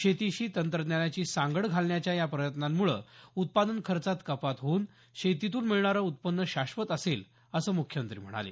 शेतीशी तंत्रज्ञानाची सांगड घालण्याच्या या प्रयत्नामुळे उत्पादन खर्चात कपात होऊन शेतीतून मिळणारं उत्पन्न शाश्वत असेल असं मुख्यमंत्री म्हणाले